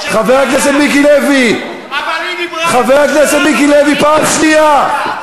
חבר הכנסת מיקי לוי, פעם שנייה.